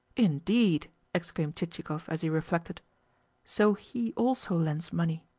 indeed? exclaimed chichikov as he reflected so he also lends money!